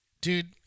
Dude